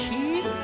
Keep